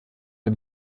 dem